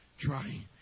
trying